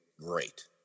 great